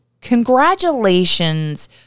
congratulations